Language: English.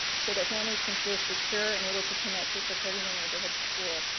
so that families can feel secure and able to commit to supporting their neighborhood school.